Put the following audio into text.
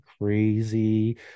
crazy